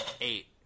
eight